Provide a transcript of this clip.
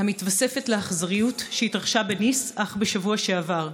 המתווספת לאכזריות שהתרחשה בניס אך בשבוע שעבר.